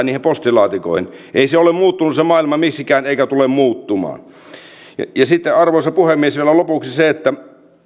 niihin postilaatikoihin viikonloppunakin ei se maailma ole muuttunut miksikään eikä tule muuttumaan sitten arvoisa puhemies vielä lopuksi se että